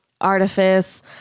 artifice